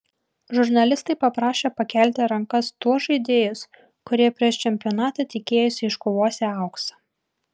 žurnalistai paprašė pakelti rankas tuos žaidėjus kurie prieš čempionatą tikėjosi iškovosią auksą